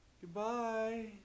Goodbye